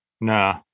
Nah